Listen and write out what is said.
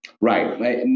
right